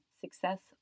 success